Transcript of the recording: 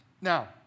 Now